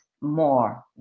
more